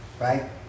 right